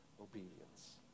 obedience